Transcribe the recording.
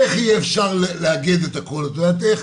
איך יהיה אפשר לאגד את הכול את יודעת איך?